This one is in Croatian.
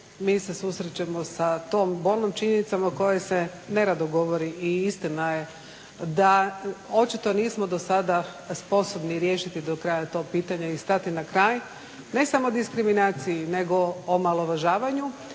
mi se susrećemo sa tom bolnom činjenicom o kojoj se nerado govori i istina je da očito nismo do sada sposobni riješiti do kraja to pitanje i stati na kraj ne samo diskriminaciji nego omalovažavanju